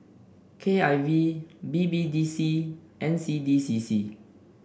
K I V B B D C N C D C C